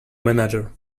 manager